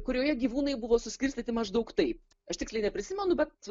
kurioje gyvūnai buvo suskirstyti maždaug taip aš tiksliai neprisimenu bet